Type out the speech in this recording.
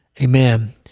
Amen